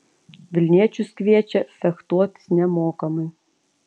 vilniečius kviečia fechtuotis nemokamai